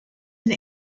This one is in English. and